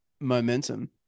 momentum